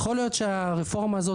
יכול להיות שהרפורמה הזאת